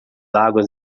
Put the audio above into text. águas